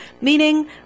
Meaning